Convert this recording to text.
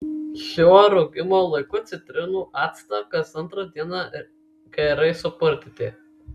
šiuo rūgimo laiku citrinų actą kas antrą dieną gerai supurtyti